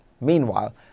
Meanwhile